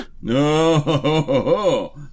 No